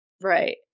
Right